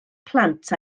plant